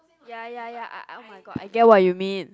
ya ya ya I I get what you mean